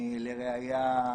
לראיה,